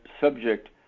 subject